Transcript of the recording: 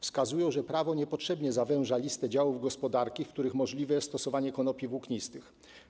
Wskazują, że prawo niepotrzebnie zawęża listę działów gospodarki, w których możliwe jest stosowanie konopi włóknistych.